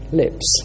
lips